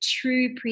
true